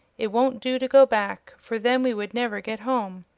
it won't do to go back, for then we would never get home.